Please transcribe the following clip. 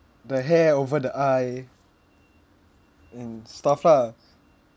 the hair over the eye and stuff lah